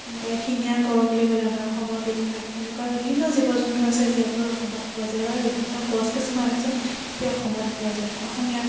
যেনেকুৱা এশিঙীয়া গড় বুলি ক'লে আমাৰ অসমৰ বিখ্যাত তেনেকুৱা বিভিন্ন জীৱ জন্তু আছে যিসকল অসমত পোৱা যায় বা বিভিন্ন গছ কিছুমান আছে যি অসমত পোৱা যায় অসমীয়া